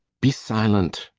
be silent!